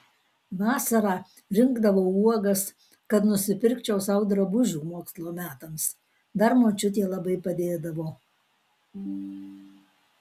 vasara rinkdavau uogas kad nusipirkčiau sau drabužių mokslo metams dar močiutė labai padėdavo